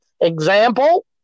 example